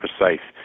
precise